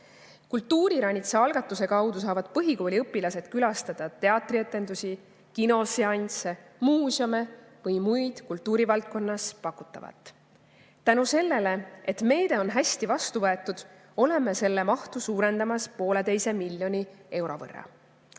Kultuuriranitsa algatuse kaudu saavad põhikooliõpilased külastada teatrietendusi, kinoseansse, muuseume või muud kultuurivaldkonnas pakutavat. Tänu sellele, et meede on hästi vastu võetud, oleme selle mahtu suurendamas 1,5 miljoni euro võrra.